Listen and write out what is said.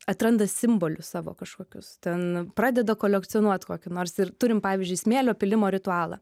atranda simbolius savo kažkokius ten pradeda kolekcionuot kokį nors ir turim pavyzdžiui smėlio pylimo ritualą